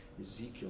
Ezekiel